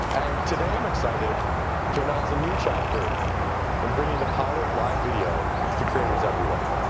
and today i'm excited to announce a new chapterer in bringing the power of live video to creators everywhere.